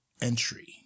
entry